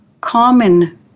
common